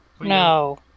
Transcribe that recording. No